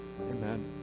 Amen